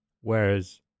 whereas